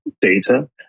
data